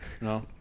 no